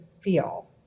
feel